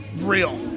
Real